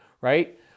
right